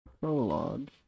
prologue